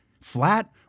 flat